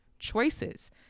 choices